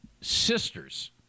sisters